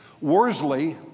Worsley